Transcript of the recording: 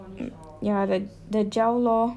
yeah the the gel lor